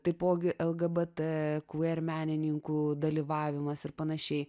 taipogi lgbr quer menininkų dalyvavimas ir panašiai